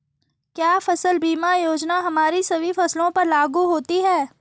क्या फसल बीमा योजना हमारी सभी फसलों पर लागू होती हैं?